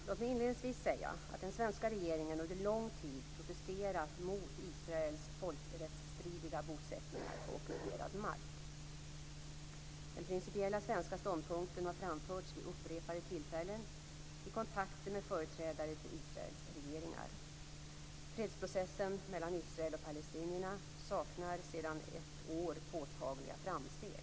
Låt mig inledningsvis säga att den svenska regeringen under lång tid protesterat mot Israels folkrättsstridiga bosättningar på ockuperad mark. Den principiella svenska ståndpunkten har framförts vid upprepade tillfällen i kontakter med företrädare för Israels regeringar. Fredsprocessen mellan Israel och palestinierna saknar sedan ett år påtagliga framsteg.